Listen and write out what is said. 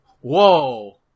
Whoa